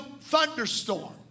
thunderstorm